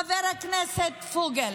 חבר הכנסת פוגל.